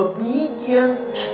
Obedient